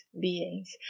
beings